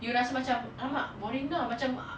you rasa macam !alamak! boring lah macam